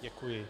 Děkuji.